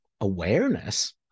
awareness